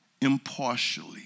impartially